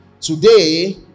today